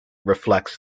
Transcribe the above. reflects